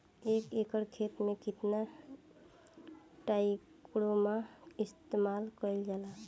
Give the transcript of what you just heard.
एक एकड़ खेत में कितना ट्राइकोडर्मा इस्तेमाल कईल जाला?